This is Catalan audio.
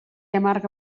amarga